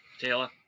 Taylor